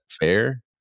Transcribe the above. fair